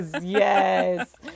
yes